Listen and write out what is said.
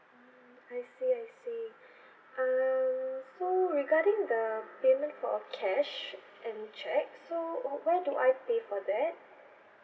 I see I see um so regarding the payment for uh cash and cheque so wh~ where do I pay for that